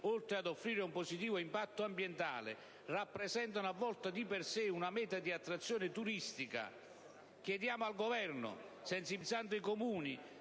oltre ad offrire un positivo impatto ambientale, rappresentano di per sé una meta di attrazione turistica, chiediamo al Governo, sensibilizzando i Comuni,